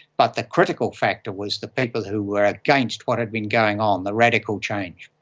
but the critical factor was the people who were against what had been going on, the radical change,